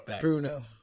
Bruno